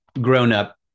grown-up